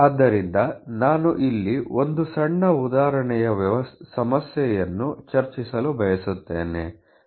ಆದ್ದರಿಂದ ನಾನು ಇಲ್ಲಿ ಒಂದು ಸಣ್ಣ ಉದಾಹರಣೆಯ ಸಮಸ್ಯೆಯನ್ನು ಚರ್ಚಿಸಲು ಬಯಸುತ್ತೇನೆ